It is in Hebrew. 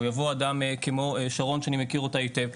או יבוא אדם כמו שרון שאני מכיר אותה היטב,